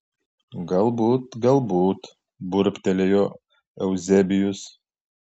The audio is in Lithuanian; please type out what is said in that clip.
galbūt galbūt burbtelėjo euzebijus